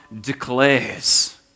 declares